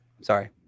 Sorry